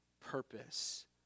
purpose